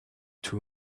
two